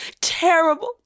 Terrible